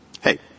hey